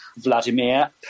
Vladimir